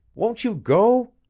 won't you go?